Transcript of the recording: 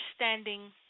understanding